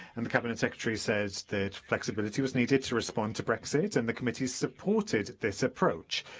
and the cabinet secretary said that flexibility was needed to respond to brexit and the committee supported this approach.